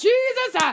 Jesus